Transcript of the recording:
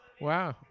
wow